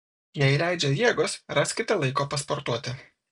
jei leidžia jėgos raskite laiko pasportuoti